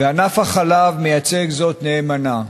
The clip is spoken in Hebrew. וענף החלב מייצג זאת נאמנה,